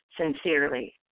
sincerely